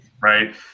Right